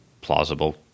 plausible